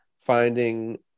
finding